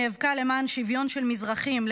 שנאבקה למען שוויון של מזרחים,